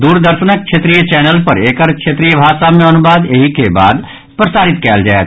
दूरदर्शनक क्षेत्रीय चैनल पर एकर क्षेत्रीय भाषा मे अनुवाद एहि के बाद प्रसारित कयल जायत